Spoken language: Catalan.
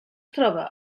troba